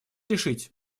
решить